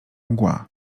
mgła